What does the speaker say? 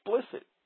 explicit